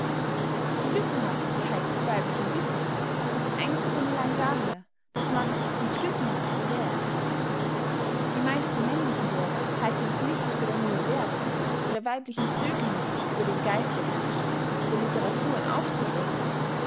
die lückenhaftigkeit des weiblichen wissens kommt einzig und allein daher daß man uns lückenhaft belehrt die meisten männlichen lehrer halten es nicht für der mühe werth ihre weiblichen zöglinge über den geist der geschichte der literaturen aufzuklären